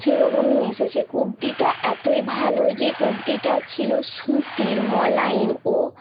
সেইরকমই এসেছে কুর্তিটা এতই ভালো যে কুর্তিটা ছিল সুতির মোলায়েম ও